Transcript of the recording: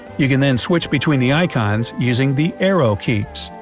you can then switch between the icons using the arrow keys.